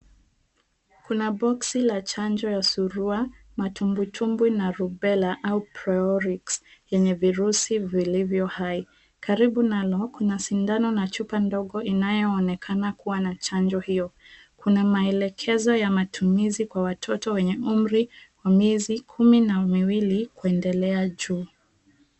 Kuna boksi la chanjo ya surua, matumbwitumbwi na rubella au Priorix, yenye virusi vilivyo hai. Karibu nalo kuna sindano na chupa ndogo inayoonekana kuwa na chanjo hiyo. Kuna maelekezo ya matumizi kwa watoto wenye umri wa miezi kumi na miwili kuendelea juu.